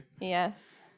Yes